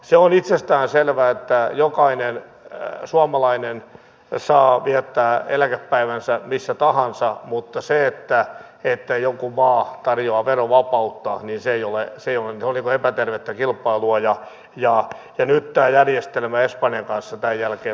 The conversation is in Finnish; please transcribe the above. se on itsestään selvää että jokainen suomalainen saa viettää eläkepäivänsä missä tahansa mutta se että joku maa tarjoaa verovapautta on epätervettä kilpailua ja nyt tämä järjestelmä espanjan kanssa tämän jälkeen on erittäin hyvä